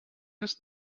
ist